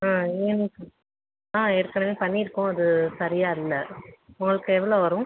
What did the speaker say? ஆ ஆ ஏற்கனவே பண்ணியிருக்கோம் அது சரியாக இல்லை உங்களுக்கு எவ்வளோ வரும்